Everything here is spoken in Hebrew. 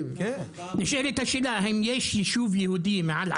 נשאלת השאלה: האם יש ישוב יהודי עם יותר